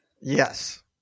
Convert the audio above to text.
Yes